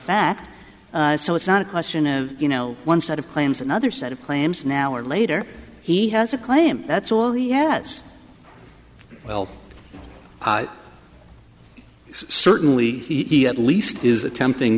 that so it's not a question of you know one set of claims another set of claims now or later he has a claim that's all yes well certainly he at least is attempting